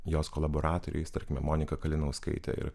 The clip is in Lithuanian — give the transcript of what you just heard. jos kolaboratoriais tarkime monika kalinauskaite ir